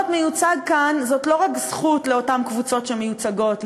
להיות מיוצג כאן זאת לא רק זכות לאותן קבוצות שמיוצגות,